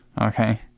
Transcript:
Okay